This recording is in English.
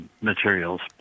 materials